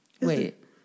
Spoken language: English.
Wait